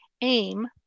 aim